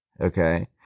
Okay